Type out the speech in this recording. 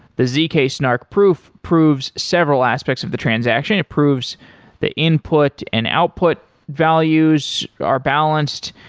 the zk-snark proof proves several aspects of the transaction. it proves the input and output values are balanced.